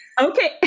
okay